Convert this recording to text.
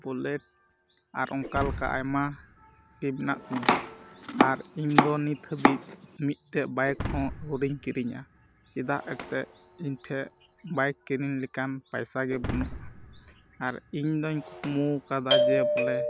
bullet ᱟᱨ ᱚᱱᱠᱟ ᱞᱮᱠᱟ ᱟᱭᱢᱟᱜᱮ ᱢᱮᱱᱟᱜ ᱛᱤᱧᱟᱹ ᱟᱨ ᱤᱧᱫᱚ ᱱᱤᱛ ᱦᱟᱹᱵᱤᱡ ᱢᱤᱫᱴᱮᱱ ᱵᱟᱹᱭᱤᱠ ᱦᱚᱸ ᱟᱹᱣᱨᱤᱧ ᱠᱤᱨᱤᱧᱟ ᱪᱮᱫᱟᱜ ᱮᱱᱛᱮᱫ ᱤᱧᱴᱷᱮᱱ ᱵᱟᱹᱭᱤᱠ ᱠᱤᱨᱤᱧ ᱞᱮᱠᱟᱱ ᱯᱚᱭᱥᱟᱜᱮ ᱵᱟᱹᱱᱩᱜᱼᱟ ᱟᱨ ᱤᱧᱫᱩᱧ ᱠᱩᱠᱢᱩ ᱟᱠᱟᱫᱟ ᱡᱮ ᱵᱚᱞᱮ